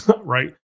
right